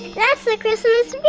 that's the christmas